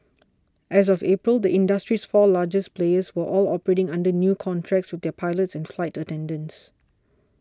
as of April the industry's four largest players were all operating under new contracts with their pilots and flight attendants